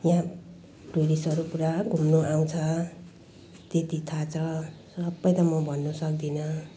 यहाँ टुरिस्टहरू पुरा घुम्नु आउँछ त्यत्ति थाहा छ सबै त म भन्न सक्दिनँ